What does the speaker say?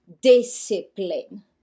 discipline